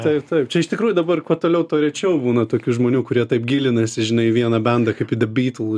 taip taip čia iš tikrųjų dabar kuo toliau tuo rečiau būna tokių žmonių kurie taip gilinasi žinai į vieną bendą kaip į the beatles